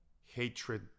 hatred